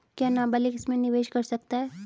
क्या नाबालिग इसमें निवेश कर सकता है?